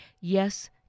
yes